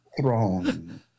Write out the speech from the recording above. throne